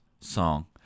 song